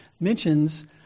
mentions